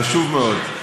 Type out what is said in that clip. חשוב מאוד.